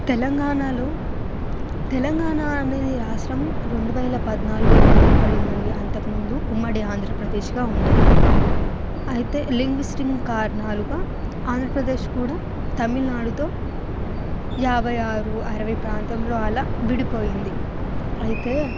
తెలంగాణలో తెలంగాణ అనేది రాష్ట్రం రెండువేల పద్నాలుగులో ఏర్పడింది అంతకుముందు ఉమ్మడి ఆంధ్రప్రదేశ్గా ఉండేది అయితే లింగ్విస్టిక్ కారణాలుగా ఆంధ్రప్రదేశ్ కూడా తమిళనాడుతో యాభై ఆరు అరవై ప్రాంతంలో అలా విడి పోయింది అయితే